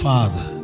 Father